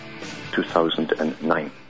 2009